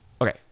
Okay